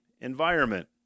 environment